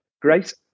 Great